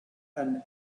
and